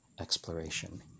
exploration